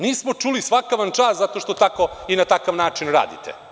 Nismo čuli – svaka vam čast zato što na takav način radite.